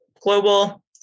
Global